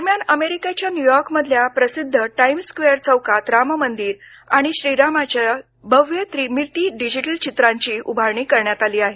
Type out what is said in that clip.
दरम्यान अमेरिकेच्या न्यूयॉर्क मधल्या प्रसिद्ध टाइम्स स्क्वेअर चौकात राम मंदिर आणि श्रीरामाचे भव्य त्रिमिती डिजिटल चित्र उभारण्यात आली आहेत